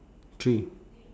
three